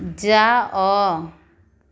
ଯାଅ